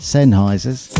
Sennheisers